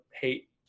hate